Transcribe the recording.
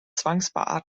zwangsbeatmet